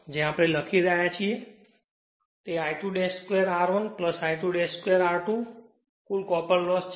તેથી જે આપણે લખી રહ્યા છીએ તે I22 R1 I2 2 R2 કુલ કોપર લોસ છે